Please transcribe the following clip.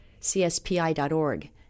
cspi.org